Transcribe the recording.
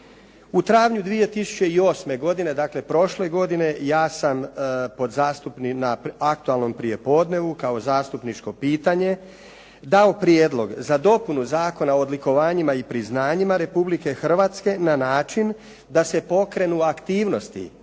U travnju 2008. godine, dakle prošle godine ja sam na aktualnom prijepodnevu kao zastupničko pitanje dao prijedlog za dopunu Zakona o odlikovanjima i priznanjima Republike Hrvatske na način da se pokrenu aktivnosti,